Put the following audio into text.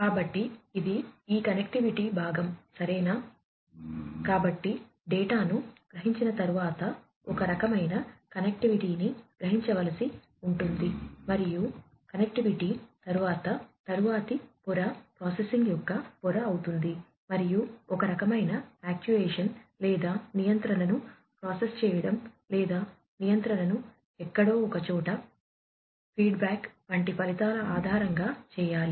కాబట్టి ఇది ఈ కనెక్టివిటీ వంటి ఫలితాల ఆధారంగా చేయాలి